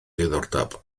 diddordeb